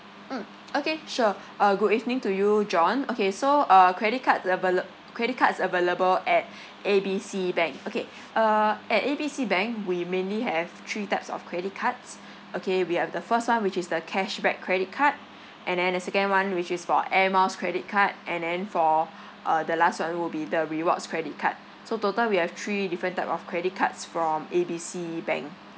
mm okay sure uh good evening to you john okay so uh credit card laval~ uh credit cards available at A B C bank okay uh at A B C bank we mainly have three types of credit cards okay we have the first one which is the cashback credit card and then the second one which is for air miles credit card and then for uh the last one will be the rewards credit card so total we have three different type of credit cards from A B C bank